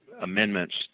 amendments